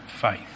faith